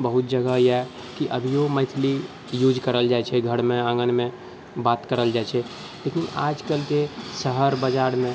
बहुत जगह अइ कि अभिओ मैथिली यूज करल जाइ छै घरमे आँगनमे बात करल जाइ छै लेकिन आजकलके शहर बजारमे